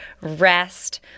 rest